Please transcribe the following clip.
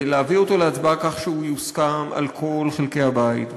ולהביא אותו להצבעה כך שהוא יוסכם על כל חלקי הבית.